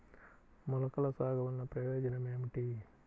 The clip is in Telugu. మొలకల సాగు వలన ప్రయోజనం ఏమిటీ?